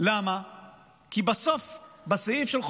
חוסן מוסדי,